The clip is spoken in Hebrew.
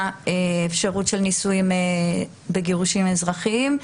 אפשרות של נישואים וגירושים אזרחיים,